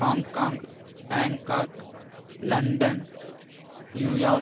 Hong Kong Bangkok London New York